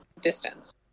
distance